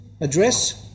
address